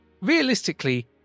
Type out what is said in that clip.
Realistically